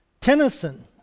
Tennyson